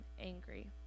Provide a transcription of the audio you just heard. angry